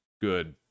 good